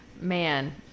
man